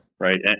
Right